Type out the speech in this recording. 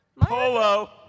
Polo